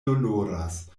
doloras